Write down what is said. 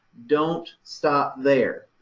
don't stop there,